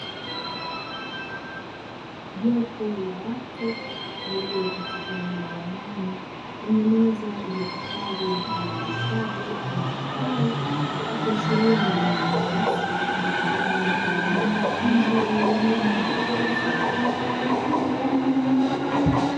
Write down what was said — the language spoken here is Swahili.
Jopo la watu walio katika eneo la ndani, lenye meza ilihifadhi mfano wa vitabu au madaftari, ikiashiria ni eneo la darasa litumikalo kwa ajili ya mafunzo elimu ya watu wazima.